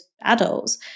adults